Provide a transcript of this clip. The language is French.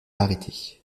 arrêtée